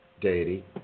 deity